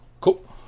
Cool